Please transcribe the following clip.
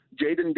Jaden